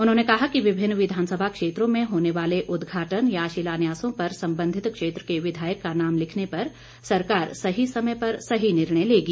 उन्होंने कहा कि विभिन्न विधानसभा क्षेत्रों में होने वाले उद्घाटन या शिलान्यासों पर संबधित क्षेत्र के विधायक का नाम लिखने पर सरकार सही समय पर सही निर्णय लेगी